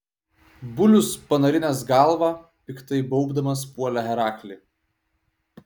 bulius panarinęs galvą piktai baubdamas puolė heraklį